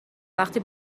وقتی